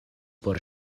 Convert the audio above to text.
por